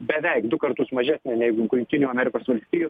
beveik du kartus mažesnė nei jungtinių amerikos valstijų